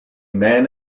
man